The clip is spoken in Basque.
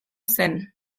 zen